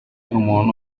umuntu